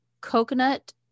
coconut